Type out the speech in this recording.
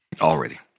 already